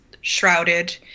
shrouded